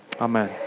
Amen